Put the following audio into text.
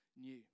new